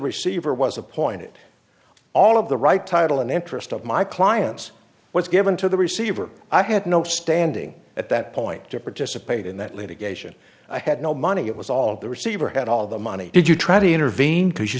receiver was appointed all of the right title and interest of my clients was given to the receiver i had no standing at that point to participate in that litigation i had no money it was all the receiver had all the money did you try to intervene because you